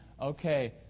Okay